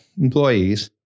employees